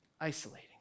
isolating